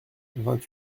vingt